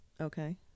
Okay